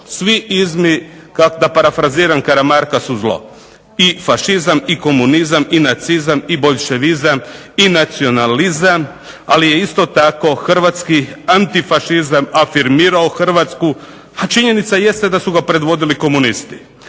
svi izmi da parafraziram Karamarka su zlo. I fašizam, i komunizam, i nacizam, i boljševizam, i nacionalizam ali isto tako hrvatski antifašizam afirmirao Hrvatsku. A činjenica jeste da su ga predvodili komunisti.